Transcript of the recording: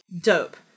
Dope